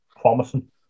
promising